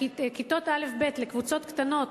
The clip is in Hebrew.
כיתות א'-ב' לקבוצות קטנות,